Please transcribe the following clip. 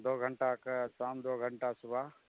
दो घण्टाके शाम दो घण्टा सुबह